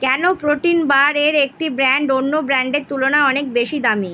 কেন প্রোটিন বারের একটি ব্র্যান্ড অন্য ব্র্যান্ডের তুলনায় অনেক বেশি দামি